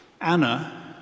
anna